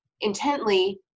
intently